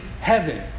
heaven